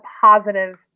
positive